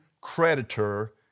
creditor